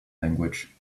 language